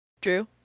Drew